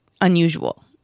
unusual